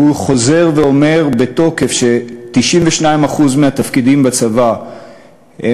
והוא חוזר ואומר בתוקף ש-92% מהתפקידים בצבא,